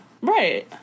Right